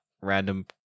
random